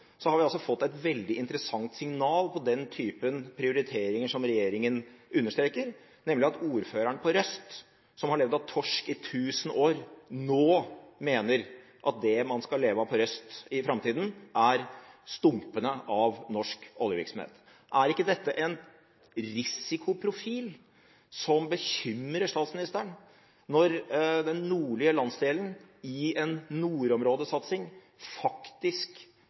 har vi fått et veldig interessant signal på den typen prioriteringer som regjeringen understreker, nemlig at ordføreren på Røst, hvor man har levd av torsk i tusen år, nå mener at det man skal leve av på Røst i framtida, er stumpene av norsk oljevirksomhet. Er ikke dette en risikoprofil som bekymrer statsministeren, når den nordlige landsdelen i en nordområdesatsing faktisk